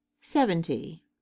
seventy